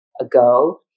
ago